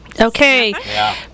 Okay